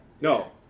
No